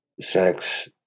sex